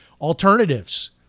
alternatives